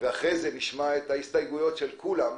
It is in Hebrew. אחרי זה לשמוע את ההסתייגויות של כולם,